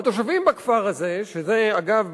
אגב,